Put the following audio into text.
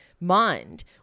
mind